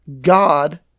God